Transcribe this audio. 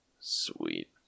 sweet